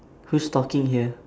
who's talking here